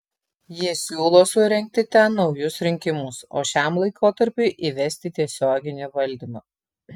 jie siūlo surengti ten naujus rinkimus o šiam laikotarpiui įvesti tiesioginį valdymą